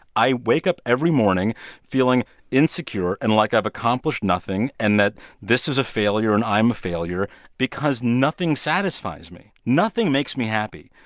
i wake up every morning feeling insecure and like i've accomplished nothing and that this was a failure and i'm a failure because nothing satisfies me. nothing makes me happy,